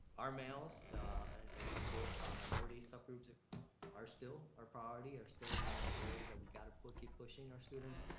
our males and in both minority subgroups ah are still our priority, are still the you know the areas that we gotta keep pushing our students,